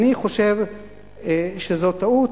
אני חושב שזאת טעות.